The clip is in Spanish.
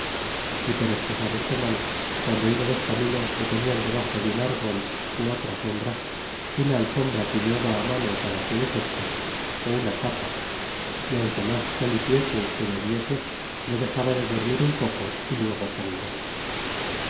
y por escusar este mal guando ibamos camino le ponian debaxo de un árbol ó otra sombra una alfombra que llevaban á mano para aquel efecto ó una capa y aunque mas sol hiciese lloviese no dexaba de dormir un poco y luego caminar